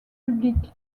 publics